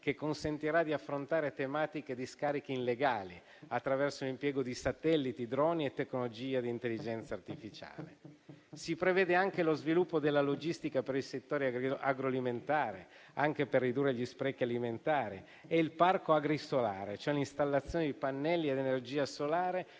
che consentirà di affrontare tematiche di scarichi illegali, attraverso l'impiego di satelliti, droni e tecnologie a intelligenza artificiale. Si prevedono anche lo sviluppo della logistica per il settore agroalimentare, anche per ridurre gli sprechi alimentari, e il parco agrisolare, cioè l'installazione di pannelli a energia solare,